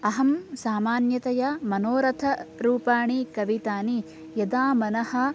अहं सामान्यतया मनोरथरूपाणि कवितानि यदा मनः